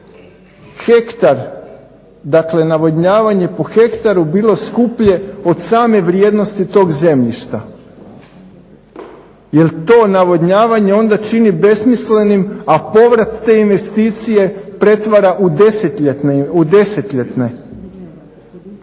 hektar, dakle navodnjavanje po hektaru bilo skuplje od same vrijednosti tog zemljišta? Jer to navodnjavanje onda čini besmislenim, a povrat te investicije pretvara u desetljetne.